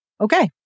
Okay